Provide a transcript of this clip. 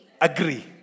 Agree